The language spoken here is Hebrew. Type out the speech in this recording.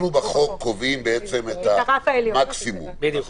אנחנו בחוק קובעים את המקסימום ואנחנו